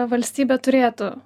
valstybė turėtų